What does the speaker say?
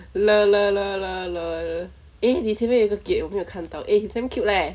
lol lol lol lol lol eh 你前面有一个 gate 我没有看到 eh damn cute leh